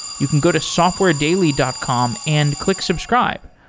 you can go to softwaredaily dot com and click subscribe.